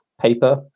paper